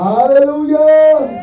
Hallelujah